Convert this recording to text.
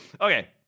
Okay